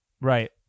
right